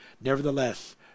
nevertheless